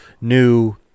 new